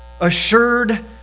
assured